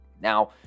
Now